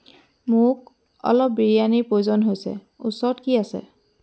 মোক অলপ বিৰিয়ানীৰ প্ৰয়োজন হৈছে ওচৰত কি আছে